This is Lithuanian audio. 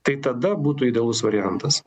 tai tada būtų idealus variantas